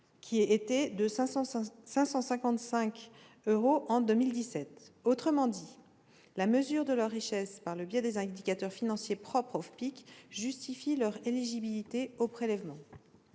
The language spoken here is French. qui était de 555,85 euros en 2017. Autrement dit, la mesure de leur richesse par le biais des indicateurs financiers propres au FPIC justifie leur éligibilité au prélèvement.